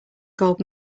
gold